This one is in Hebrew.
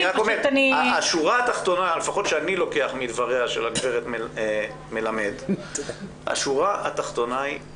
השורה התחתונה שלפחות אני לוקח מדבריה של גברת מלמד היא פשוטה.